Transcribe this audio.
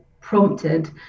prompted